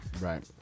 Right